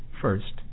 First